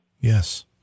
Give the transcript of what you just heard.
Yes